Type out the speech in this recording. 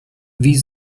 wie